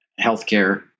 healthcare